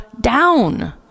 down